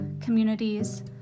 communities